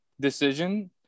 decision